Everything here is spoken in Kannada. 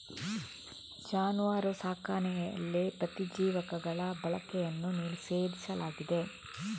ಜಾನುವಾರು ಸಾಕಣೆಯಲ್ಲಿ ಪ್ರತಿಜೀವಕಗಳ ಬಳಕೆಯನ್ನು ನಿಷೇಧಿಸಲಾಗಿದೆ